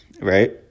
right